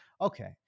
Okay